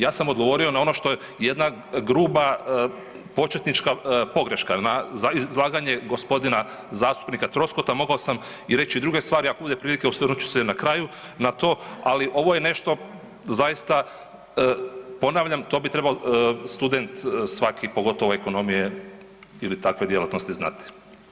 Ja sam odgovorio na ono što je jedna gruba početnička pogreška na izlaganje g. zastupnika Troskota, mogao sam i reći druge stvari, ako bude prilike osvrnut ću se na kraju na to, ali ovo je nešto zaista, ponavljam, to bi trebao student svaki pogotovo ekonomije ili takve djelatnosti znati.